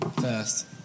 first